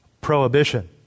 prohibition